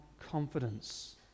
confidence